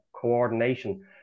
Coordination